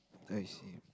I see